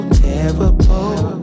terrible